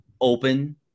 open